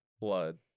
blood